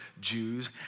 Jews